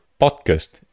podcast